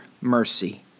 mercy